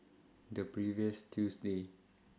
The previous Tuesday